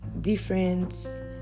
different